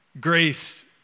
Grace